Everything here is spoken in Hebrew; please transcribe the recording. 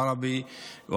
ורוב בני החברה הערבית,